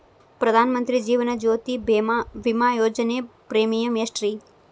ಪ್ರಧಾನ ಮಂತ್ರಿ ಜೇವನ ಜ್ಯೋತಿ ಭೇಮಾ, ವಿಮಾ ಯೋಜನೆ ಪ್ರೇಮಿಯಂ ಎಷ್ಟ್ರಿ?